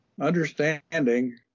understanding